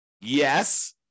Yes